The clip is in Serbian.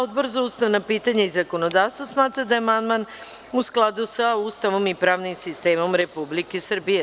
Odbor za ustavna pitanja i zakonodavstvo smatra da je amandman u skladu sa Ustavom i pravnim sistemom Republike Srbije.